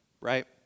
right